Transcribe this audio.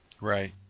right